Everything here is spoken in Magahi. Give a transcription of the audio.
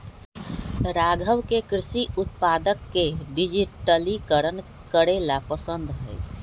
राघव के कृषि उत्पादक के डिजिटलीकरण करे ला पसंद हई